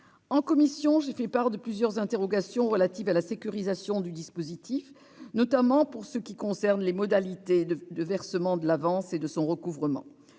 En commission, j'ai fait part de plusieurs interrogations relatives à la sécurisation du dispositif, notamment pour ce qui concerne les modalités de versement de l'avance et de son recouvrement.